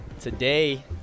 Today